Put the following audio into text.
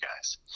guys